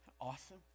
Awesome